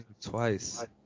Twice